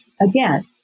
again